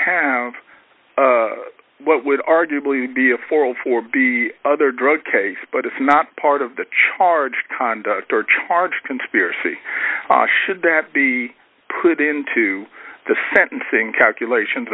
have what would arguably be a forum for the other drug case but it's not part of the charge conduct or charge conspiracy should that be put into the sentencing calculations